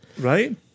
Right